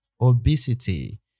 obesity